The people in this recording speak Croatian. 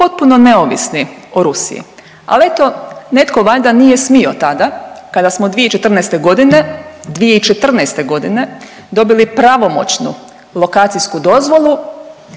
potpuno neovisni o Rusiji. Ali eto netko valjda nije smio tada kada smo 2014.g., 2014.g. dobili pravomoćnu lokacijsku dozvolu